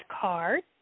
card